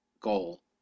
goal